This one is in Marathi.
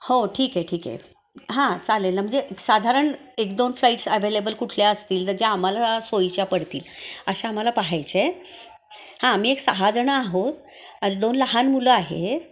हो ठीक आहे ठीक आहे हां चालेल नं म्हणजे साधारण एकदोन फ्लाइट्स ॲव्हेलेबल कुठल्या असतील ज्या आम्हाला सोयीच्या पडतील अशा आम्हाला पाहायच्या आहेत हां आम्ही एक सहाजण आहोत दोन लहान मुलं आहेत